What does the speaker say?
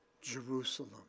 Jerusalem